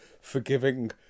forgiving